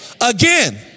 Again